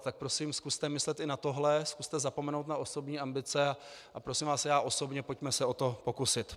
Tak prosím zkuste myslet i na tohle, zkuste zapomenout na osobní ambice a prosím vás já osobně, pojďme se o to pokusit.